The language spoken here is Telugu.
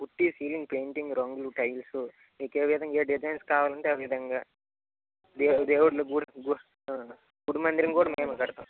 పుట్టీ సీలింగ్ పెయింటింగ్ రంగులు టైల్సు మీకేవిధంగా డిజైన్స్ కావాలంటే ఆ విధంగా దే దేవుని గుడి మందిరం కూడా మేమే కడతాం